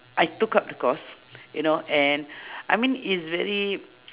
I took up the course you know and I mean is very